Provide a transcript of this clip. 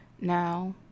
Now